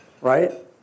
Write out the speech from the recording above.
right